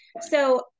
so-